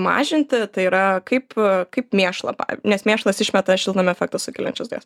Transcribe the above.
mažinti tai yra kaip kaip mėšlą pav nes mėšlas išmeta šiltnamio efektą sukeliančias dujas